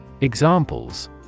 Examples